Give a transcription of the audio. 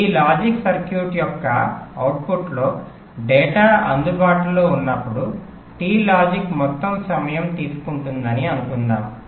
ఈ logic circuit యొక్క అవుట్పుట్లో డేటా అందుబాటులో ఉన్నప్పుడు టి లాజిక్ మొత్తం సమయం తీసుకుంటుందని అనుకుందాం